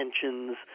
tensions